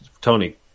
Tony